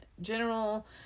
general